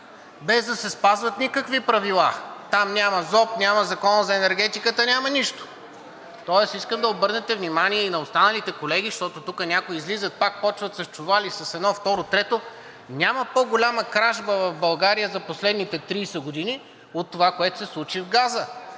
без да се спазват никакви правила. Там няма Закон за обществените поръчки, няма Закон за енергетиката, няма нищо. Тоест искам да обърнете внимание и на останалите колеги, защото тук някои излизат, пак започват: с чували, с едно, второ, трето. Няма по-голяма кражба в България за последните 30 години от това, което се сключи с газа.